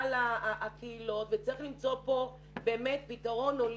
הקהילות וצריך למצוא כאן פתרון הוליסטי.